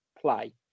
play